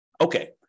Okay